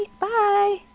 Bye